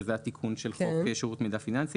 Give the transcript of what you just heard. - זה התיקון של שירות מידע פיננסי